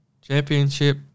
Championship